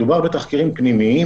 מדובר בתחקירים פנימיים,